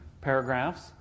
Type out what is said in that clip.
paragraphs